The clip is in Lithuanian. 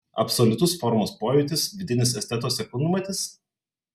absoliutus formos pojūtis vidinis esteto sekundmatis